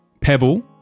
Pebble